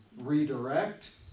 redirect